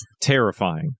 Terrifying